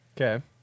Okay